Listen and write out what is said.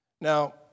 Now